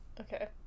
okay